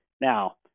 Now